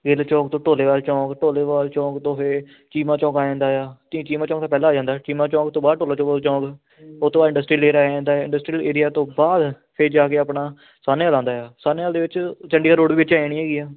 ਗਿੱਲ ਚੋਂਕ ਤੋਂ ਢੋਲੇਵਾਲ ਚੋਂਕ ਢੋਲੇਵਾਲ ਚੋਂਕ ਤੋਂ ਫਿਰ ਚੀਮਾ ਚੋਂਕ ਆ ਜਾਂਦਾ ਅਤੇ ਚੀਮਾ ਚੋਂਕ ਪਹਿਲਾਂ ਆ ਜਾਂਦਾ ਚੀਮਾ ਚੋਂਕ ਤੋਂ ਬਾਅਦ ਚੋਂਕ ਉਹਤੋਂ ਬਾਅਦ ਇੰਡਸਟਰੀਅਲ ਏਰੀਆ ਆ ਜਾਂਦਾ ਇੰਡਸਟਰੀਅਲ ਏਰੀਆ ਤੋਂ ਬਾਅਦ ਫਿਰ ਜਾ ਕੇ ਆਪਣਾ ਸਾਹਨੇਆਲ ਆਉਂਦਾ ਸਾਹਨੇਆਲ ਦੇ ਵਿੱਚ ਚੰਡੀਗੜ ਰੋਡ ਦੇ ਵਿੱਚ ਆ ਜਾਣੀ ਆ